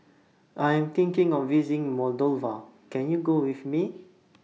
I Am thinking of visiting Moldova Can YOU Go with Me